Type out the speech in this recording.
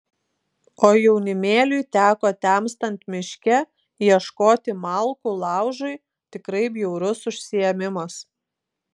o jaunimėliui teko temstant miške ieškoti malkų laužui tikrai bjaurus užsiėmimas